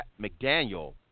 McDaniel